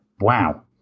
wow